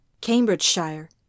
Cambridgeshire